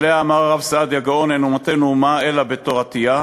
ועליה אמר הרב סעדיה גאון: "אין אומתנו אומה אלא בתורותיה",